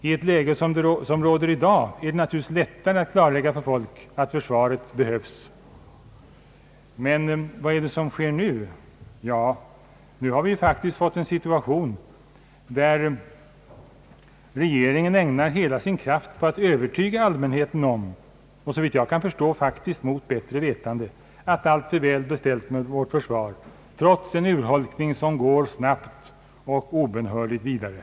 I ett läge som dagens är det naturligtvis lättare att klarlägga för folk att försvaret behövs. Men vad är det som sker nu? Jo, vi har faktiskt fått en situation där regeringen ägnar hela sin kraft åt att övertyga allmänheten om — såvitt jag kan förstå mot bättre vetande — att allt är väl beställt med vårt försvar trots en urholkning som går snabbt och obönhörligt vidare.